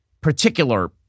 particular